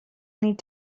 need